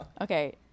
Okay